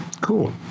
cool